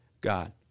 God